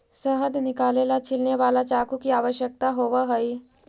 शहद निकाले ला छिलने वाला चाकू की आवश्यकता होवअ हई